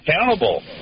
accountable